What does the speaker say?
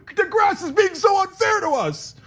the grass is being so unfair to us,